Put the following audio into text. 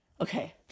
Okay